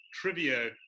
trivia